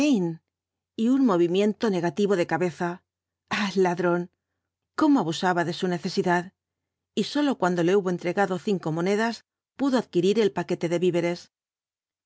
y un movimiento negativo de cabeza ah ladrón cómo abusaba de su necesidad y sólo cuando le hubo entregado cinco monedas pudo adquirir el paquete de víveres